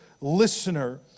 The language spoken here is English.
listener